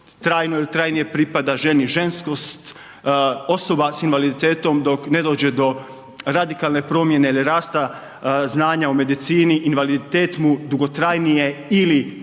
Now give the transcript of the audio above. trajno ili trajnije pripada ženi ženskost, osoba s invaliditetom, dok ne dođe do radikalne promjene ili rasta znanja u medicini, invaliditet mu dugotrajnije ili